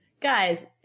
Guys